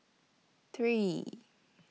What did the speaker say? three